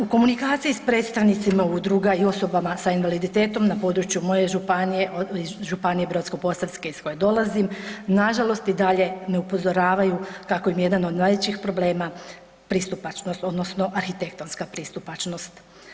U komunikaciji sa predstavnicima udruga i osobama sa invaliditetom na području moje županije, županije Brodsko-posavske iz koje dolazim, nažalost i dalje me upozoravaju kako im je jedan od najvećih problema pristupačnost odnosno arhitektonska pristupačnost.